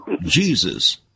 Jesus